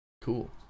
cool